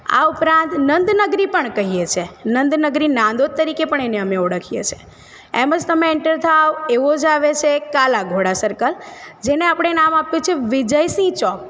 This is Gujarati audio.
આ ઉપરાંત નંદ નગરી પણ કહીએ છે નંદ નગરી નાંદોદ તરીકે પણ અમે એને ઓળખીએ છે એમ જ તમે એન્ટર થાઓ એવો જ આવે છે કાલાઘોડા સર્કલ જેને આપણે નામ આપ્યું છે વિજયસિંહ ચોક